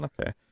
okay